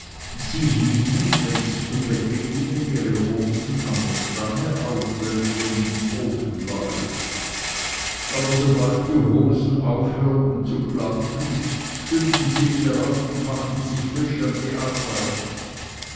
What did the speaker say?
sie hingen wenn sie zu bette gingen ihre hosen an die stange auf welche um den ofen läuft aber sobald die hosen aufhörten zu blampen stünden sie wieder auf und machten sich frisch an die arbeit